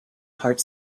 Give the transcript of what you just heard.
part